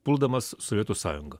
puldamas sovietų sąjungą